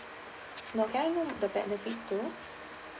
no can I know the benefits too